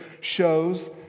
shows